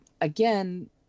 again